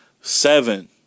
Seven